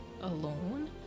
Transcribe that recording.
alone